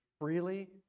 freely